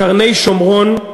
קרני-שומרון,